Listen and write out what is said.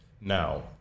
Now